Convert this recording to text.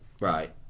Right